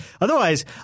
Otherwise